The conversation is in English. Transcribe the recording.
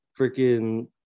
Freaking